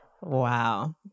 Wow